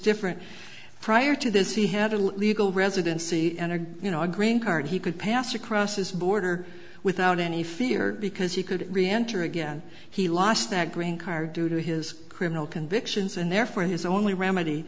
different prior to this he had a legal residency entered you know a green card he could pass across this border without any fear because he could reenter again he lost that green card due to his criminal convictions and therefore his only remedy